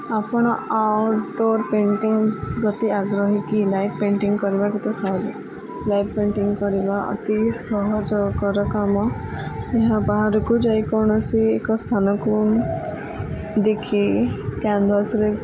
ଆପଣ outdoor painting ପ୍ରତି ଆଗ୍ରହୀ କି ଲାଇଭ୍ ପେଣ୍ଟିଂ କରିବା କେତେ ସହଜ ଲାଇଭ୍ ପେଣ୍ଟିଂ କରିବା ଅତି ସହଜକର କାମ ଏହା ବାହାରକୁ ଯାଇ କୌଣସି ଏକ ସ୍ଥାନକୁ ଦେଖି କ୍ୟାନ୍ଭାସ୍ରେ